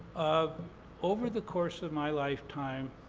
over the course of my lifetime,